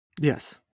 yes